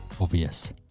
obvious